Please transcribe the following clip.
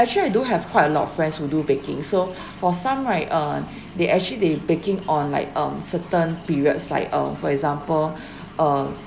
actually I do have quite a lot of friends who do baking so for some right uh they actually they baking on like um certain periods like uh for example err